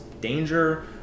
danger